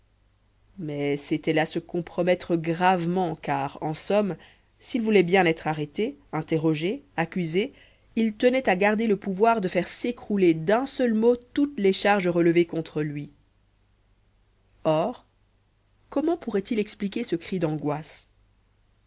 mais c'était là se compromettre gravement car en somme s'il voulait bien être arrêté interrogé accusé il tenait à garder le pouvoir de faire s'écrouler d'un seul mot toutes les charges relevées contre lui or comment pourrait-il expliquer ce cri d'angoisse